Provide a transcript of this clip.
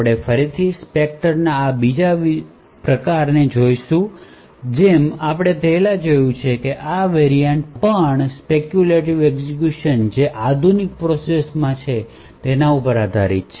આપણે ફરીથી સ્પેક્ટર ના આ બીજા પ્રકારને જોશું જેમ આપણે પહેલાં જોયું છે કે આ વેરિઅન્ટ પણ સ્પેક્યૂલેટિવ એક્ઝેક્યુશન જે આધુનિક પ્રોસેસર માં છે તેના પર આધારિત છે